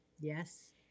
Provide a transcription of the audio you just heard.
Yes